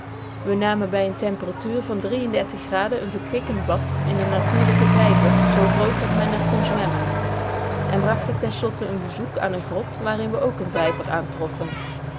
rivier namen bij een temperatuur van een verkwikkend bad in een natuurlijken vijver zoo groot dat men er kon zwemmen en brachten ten slotte een bezoek aan eene grot waarin we ook een vijver aantroffen